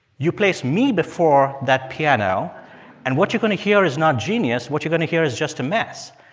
you place me before that piano and what you're going to hear is not genius. what you're going to hear is just a mess.